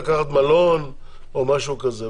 לקחת מלון או משהו כזה.